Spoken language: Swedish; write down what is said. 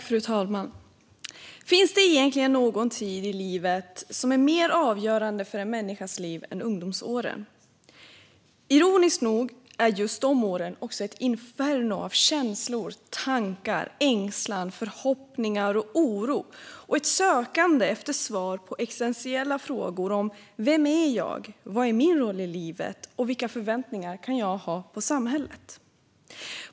Fru talman! Finns det egentligen någon tid i livet som är mer avgörande för en människas liv än ungdomsåren? Ironiskt nog är just de åren också ett inferno av känslor, tankar, ängslan, förhoppningar och oro och ett sökande efter svar på existentiella frågor: Vem är jag? Vad är min roll i livet? Och vilka förväntningar kan jag ha på samhället?